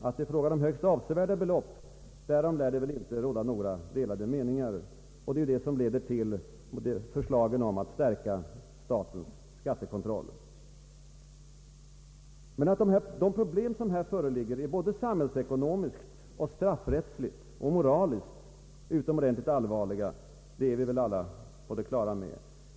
Att det är fråga om högst avsevärda belopp, därom lär det inte råda några delade meningar. Detta har ju lett till förslagen om att stärka statens skattekontroll. Att de problem som här föreligger är både samhällsekonomiskt och straffrättsligt samt moraliskt utomordentligt allvarliga är vi väl alla på det klara med.